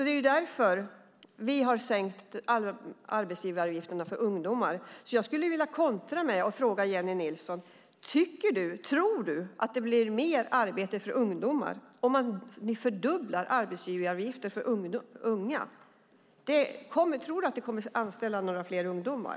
Det är också därför vi har sänkt arbetsgivaravgifterna för ungdomar. Jag skulle alltså vilja kontra med att fråga Jennie Nilsson: Tror du att det blir fler arbeten för ungdomar om vi fördubblar arbetsgivaravgiften för unga? Tror du att det kommer att anställas fler ungdomar?